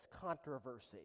controversy